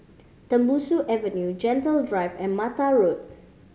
Tembusu Avenue Gentle Drive and Mata Road